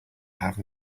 have